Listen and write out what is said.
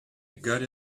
got